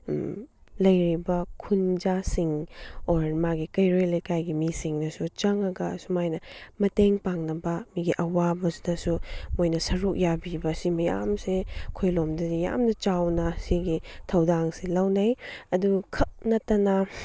ꯂꯩꯔꯤꯕ ꯈꯨꯟꯖꯥꯁꯤꯡ ꯑꯣꯔ ꯃꯥꯒꯤ ꯀꯩꯔꯣꯜ ꯂꯩꯀꯥꯏꯒꯤ ꯃꯤꯁꯤꯡꯅꯁꯨ ꯆꯪꯉꯒ ꯑꯁꯨꯃꯥꯏꯅ ꯃꯇꯦꯡ ꯄꯥꯡꯅꯕ ꯃꯤꯒꯤ ꯑꯋꯥꯕꯁꯤꯗꯁꯨ ꯃꯣꯏꯅ ꯁꯔꯨꯛ ꯌꯥꯕꯤꯕ ꯁꯤ ꯃꯌꯥꯝꯁꯦ ꯑꯩꯈꯣꯏꯔꯣꯝꯗꯗꯤ ꯌꯥꯝꯅ ꯆꯥꯎꯅ ꯁꯤꯒꯤ ꯊꯧꯗꯥꯡꯁꯤ ꯂꯧꯅꯩ ꯑꯗꯨꯈꯛ ꯅꯠꯇꯅ